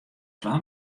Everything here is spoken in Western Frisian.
twa